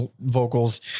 vocals